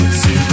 see